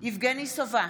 בהצבעה יבגני סובה,